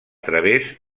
través